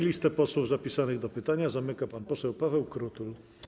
Listę posłów zapisanych do pytania zamyka pan poseł Paweł Krutul.